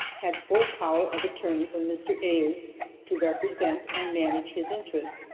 had full power of attorney from mr. ayres to represent and manage his interest,